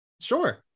Sure